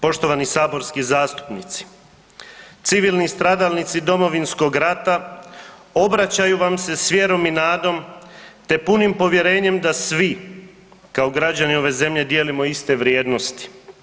Poštovani saborski zastupnici, civilni stradalnici Domovinskog rata obraćaju vam se s vjerom i nadom te punim povjerenjem da svi kao građani ove zemlje dijelimo iste vrijednosti.